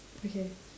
okay